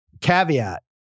caveat